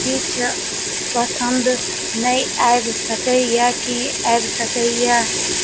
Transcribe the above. किछु पसन्द नहि आबि सकइए की आबि सकइए